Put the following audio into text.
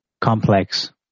complex